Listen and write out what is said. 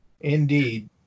Indeed